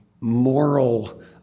moral